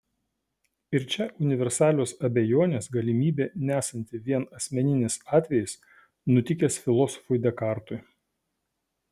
ir čia universalios abejonės galimybė nesanti vien asmeninis atvejis nutikęs filosofui dekartui